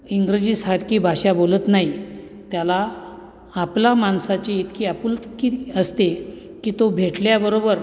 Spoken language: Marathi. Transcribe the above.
इंग्रजीसारखी भाषा बोलत नाही त्याला आपला माणसाची इतकी आपुलकीच असते की तो भेटल्याबरोबर